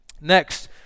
Next